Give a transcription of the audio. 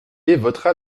votera